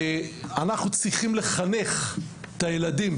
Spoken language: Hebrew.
ואנחנו צריכים לחנך את הילדים,